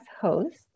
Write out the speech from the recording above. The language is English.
host